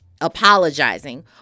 apologizing